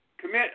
commit